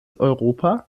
europa